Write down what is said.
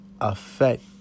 affect